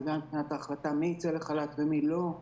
וגם מבחינת ההחלטה מי ייצא לחל"ת ומי לא,